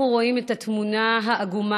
אנחנו רואים את התמונה העגומה,